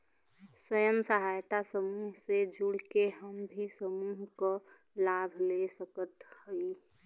स्वयं सहायता समूह से जुड़ के हम भी समूह क लाभ ले सकत हई?